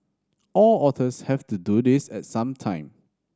all otters have to do this at some time